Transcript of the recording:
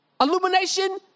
illumination